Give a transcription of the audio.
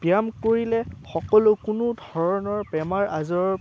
ব্যায়াম কৰিলে সকলো কোনো ধৰণৰ বেমাৰ আজাৰ